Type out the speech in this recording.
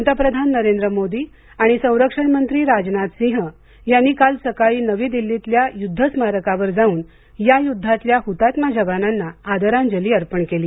पंतप्रधान नरेंद्र मोदी आणि संरक्षण मंत्री राजनाथ सिंह यांनी काल सकाळी नवी दिल्लीतल्या युद्ध स्मारकावर जाऊन या युद्धातल्या हुतात्मा जवानांना आदरांजली अर्पण केली